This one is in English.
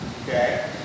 okay